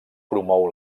promou